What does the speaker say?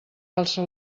alça